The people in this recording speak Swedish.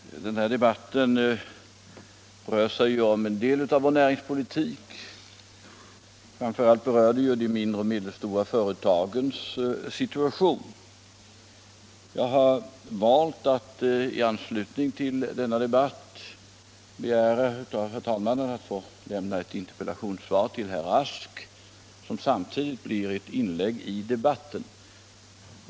Herr talman! Den här debatten rör sig om en viss del av vår näringspolitik. Framför allt berör den de mindre och medelstora företagens situation. Jag har valt att i anslutning till denna debatt begära av herr talmannen att få lämna ett interpellationssvar till herr Rask, som samtidigt blir ett inlägg i debatten.